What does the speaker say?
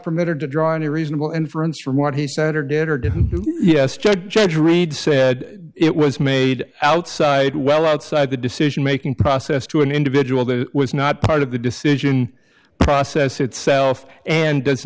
permitted to draw any reasonable inference from what he said or did or didn't yes judge judge reed said it was made outside well outside the decision making process to an individual that was not part of the decision process itself and does